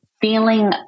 feeling